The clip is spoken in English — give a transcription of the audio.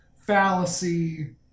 fallacy